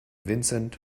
vincent